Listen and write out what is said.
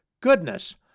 Goodness